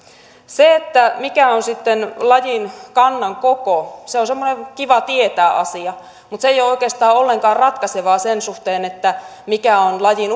se mikä on sitten lajin kannan koko on semmoinen kiva tietää asia mutta se ei ole oikeastaan ollenkaan ratkaisevaa sen suhteen mikä on lajin